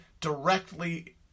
directly